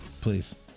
please